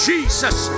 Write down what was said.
Jesus